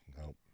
Nope